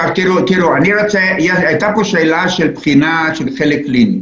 הייתה כאן שאלה של בחינה בחלק הקליני.